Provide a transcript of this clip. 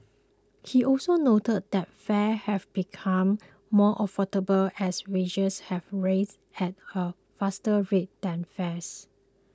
he also noted that fares have become more affordable as wages have risen at a faster rate than fares